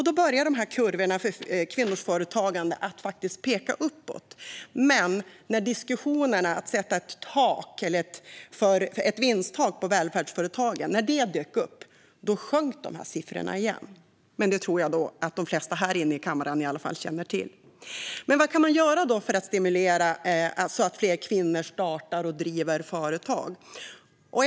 Då började kurvorna för kvinnors företagande att peka uppåt, men när diskussionerna om att sätta ett vinsttak på välfärdsföretagen dök upp sjönk siffrorna igen. Det tror jag att de flesta i kammaren känner till. Vad kan man då göra för att stimulera fler kvinnor att starta och driva företag?